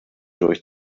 durch